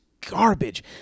garbage